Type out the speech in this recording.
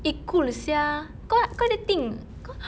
eh cool sia kau kau ada think kau